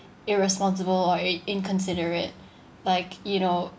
irresponsible or i~ inconsiderate like you know